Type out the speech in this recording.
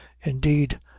indeed